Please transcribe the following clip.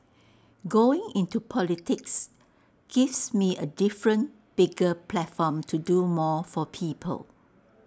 going into politics gives me A different bigger platform to do more for people